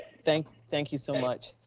thank thank you so much.